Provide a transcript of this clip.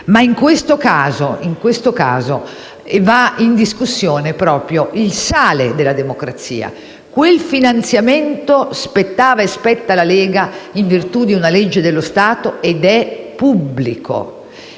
ma in questo caso va in discussione proprio il sale della democrazia. Quel finanziamento spettava e spetta alla Lega in virtù di una legge dello Stato ed è pubblico,